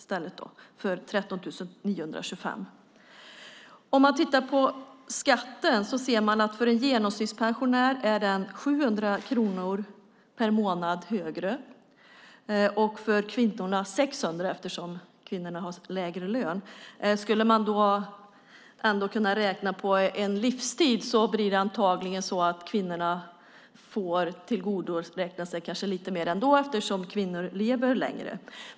Skatten för en manlig genomsnittspensionär är 700 kronor högre per månad och för en kvinnlig genomsnittspensionär 600 kronor högre per månad, eftersom kvinnorna har lägre lön, än för dem som förvärvsarbetar. Om man räknar under en livstid får kvinnorna antagligen tillgodoräkna sig lite mer eftersom de lever längre.